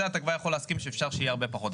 זה כבר אתה יכול להסכים שאפשר שיהיה הרבה פחות.